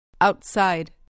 Outside